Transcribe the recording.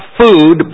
food